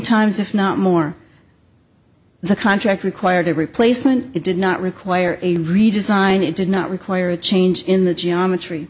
times if not more the contract required a replacement it did not require a redesign it did not require a change in the geometry